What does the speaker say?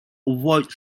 avoid